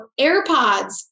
AirPods